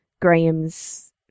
Graham's